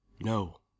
No